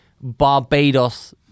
Barbados